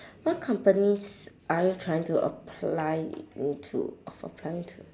what companies are you trying to apply into of applying to